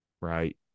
right